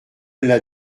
l’a